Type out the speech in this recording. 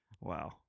Wow